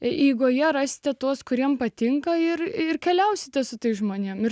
eigoje rasite tuos kuriems patinka ir keliausite su tais žmonėmis